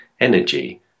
energy